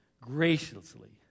graciously